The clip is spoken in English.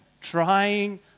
trying